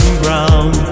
ground